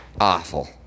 Awful